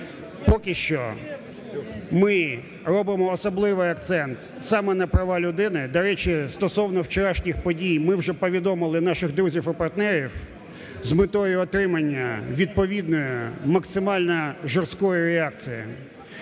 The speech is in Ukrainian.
Поки що ми робимо особливий акцент саме на права людини. До речі, стосовно вчорашніх подій: ми вже повідомили наших друзів і партнерів з метою отримання відповідної максимально жорсткої реакції.